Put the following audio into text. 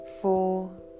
four